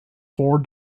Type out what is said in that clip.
four